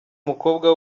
mukobwa